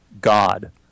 God